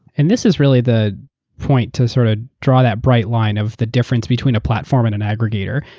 and this is really the point to sort of draw that bright line of the difference between a platform and an aggregator.